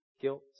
guilt